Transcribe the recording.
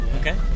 Okay